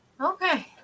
Okay